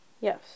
Yes